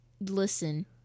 Listen